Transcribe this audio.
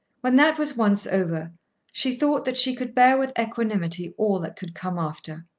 when that was once over she thought that she could bear with equanimity all that could come after.